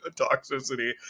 toxicity